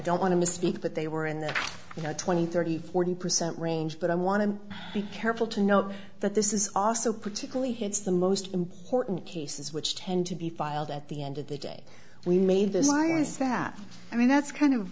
don't want to misspeak but they were in the you know twenty thirty forty percent range but i want to be careful to note that this is also particularly hits the most important cases which tend to be filed at the end of the day we made this fire staff i mean that's kind of